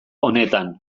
honetan